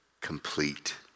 complete